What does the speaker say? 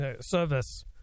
service